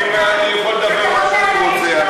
אני יכול לדבר מה שאני רוצה.